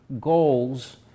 goals